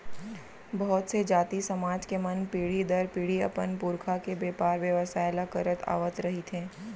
बहुत से जाति, समाज के मन पीढ़ी दर पीढ़ी अपन पुरखा के बेपार बेवसाय ल करत आवत रिहिथे